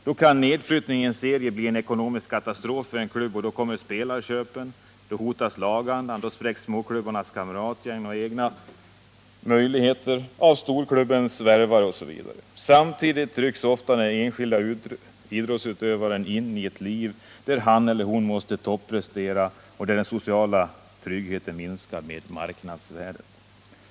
Då kan nedflyttning i en serie bli ekonomisk katastrof för en klubb och då kommer spelarköpen, då hotas lagandan, då spräcks småklubbars kamratgäng och de egna avancemangsmöjligheterna av storlagens värvare osv. Samtidigt rycks ofta den enskilde idrottsutövaren in i ett liv där han eller hon måste topprestera och där den sociala tryggheten minskar med ”marknadsvärdet”.